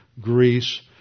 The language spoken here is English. Greece